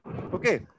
Okay